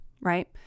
right